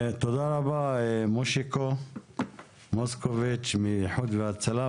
תודה רבה מושיקו מוסקוביץ מאיחוד והצלה.